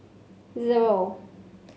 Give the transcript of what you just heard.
zero